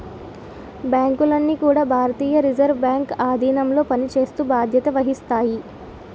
బ్యాంకులన్నీ కూడా భారతీయ రిజర్వ్ బ్యాంక్ ఆధీనంలో పనిచేస్తూ బాధ్యత వహిస్తాయి